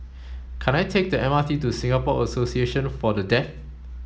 can I take the M R T to Singapore Association For The Deaf